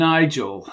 Nigel